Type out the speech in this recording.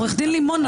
עורך דין לימון,